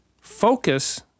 Focus